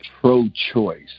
pro-choice